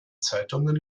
zeitungen